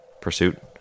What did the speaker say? pursuit